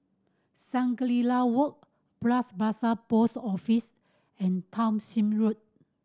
Shangri La Walk Bras Basah Post Office and Townshend Road